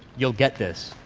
you'll get this.